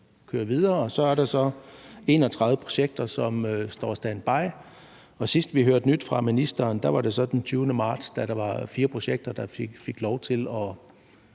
så er der 31 projekter, som står på standby. Og sidst vi hørte nyt fra ministeren, var den 20. marts, da der var 4 projekter, der fik lov til at